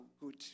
good